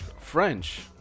French